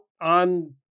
on